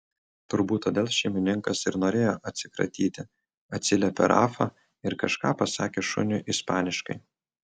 turbūt todėl šeimininkas ir norėjo atsikratyti atsiliepė rafa ir kažką pasakė šuniui ispaniškai